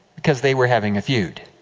because they were having a feud.